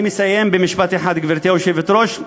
אני מסיים במשפט אחד, גברתי היושבת-ראש.